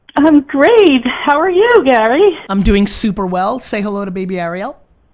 i'm great, how are you gary? i'm doing super well. say hello to baby ariel.